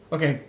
Okay